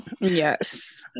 yes